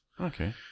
Okay